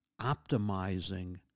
optimizing